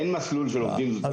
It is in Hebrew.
אין מסלול של עובדים זרים.